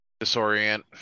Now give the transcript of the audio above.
disorient